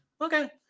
Okay